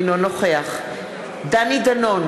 אינו נוכח דני דנון,